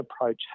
approach